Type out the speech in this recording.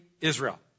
Israel